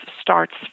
starts